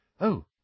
Oh